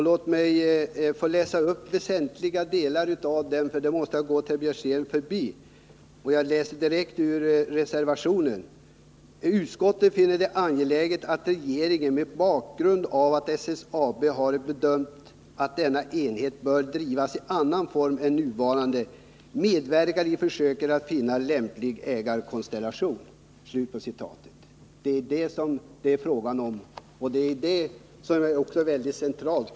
Låt mig få läsa upp följande väsentliga avsnitt ur reservation 5, eftersom det tycks ha gått Karl Björzén förbi: ”Utskottet finner det angeläget att regeringen, mot bakgrund av att SSAB har bedömt att denna enhet bör drivas i annan form än den nuvarande, medverkar i försöken att finna en lämplig ägarkonstellation.” Det är det som är det centrala.